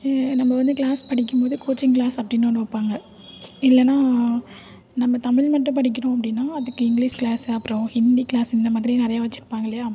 நம்ம வந்து க்ளாஸ் படிக்கும் போது கோச்சிங் க்ளாஸ் அப்படின்னு ஒன்று வைப்பாங்க இல்லைன்னா நம்ம தமிழ் மட்டும் படிக்கிறோம் அப்படின்னா அதுக்கு இங்கிலிஷ் க்ளாஸ் அப்புறம் ஹிந்தி க்ளாஸ் இந்த மாதிரி நிறையா வச்சிருப்பாங்க இல்லையா